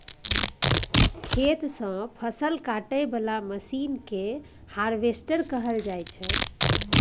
खेत सँ फसल काटय बला मशीन केँ हार्वेस्टर कहल जाइ छै